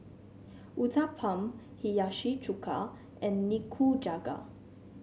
Uthapam Hiyashi Chuka and Nikujaga